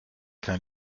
qu’un